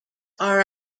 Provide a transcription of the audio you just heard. are